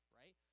right